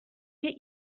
get